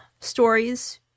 stories